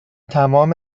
تمام